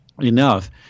enough